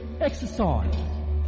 exercise